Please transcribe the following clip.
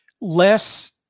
less